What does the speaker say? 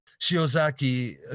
Shiozaki